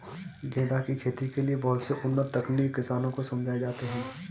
गेंदा की खेती के लिए बहुत से उन्नत तकनीक किसानों को समझाए जाते हैं